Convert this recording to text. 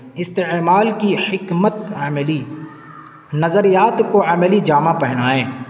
استعمال کی حکمت عملی نظریات کو عملی جامہ پہنائیں